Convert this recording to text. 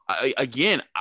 again